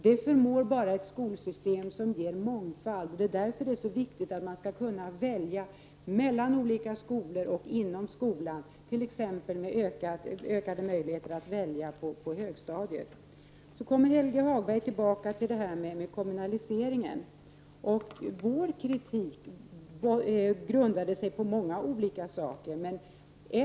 Det förmår bara ett skolsystem som ger mångfald: Därför är det viktigt att kunna välja mellan olika skolor och inom skolan, t.ex. med ökade möjligheter att välja på lågstadiet. Helge Hagberg återkommer till kommunaliseringen. Vår kritik grundade sig på många olika saker.